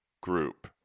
group